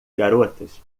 garotas